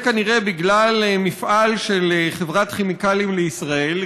זה כנראה בגלל מפעל של חברת כימיקלים לישראל,